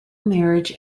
marriage